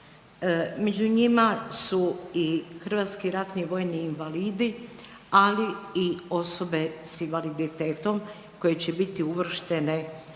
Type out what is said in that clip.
Među njima su i hrvatski ratni vojni invalidi, ali i osobe s invaliditetom koje će biti uvrštene